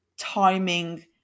timing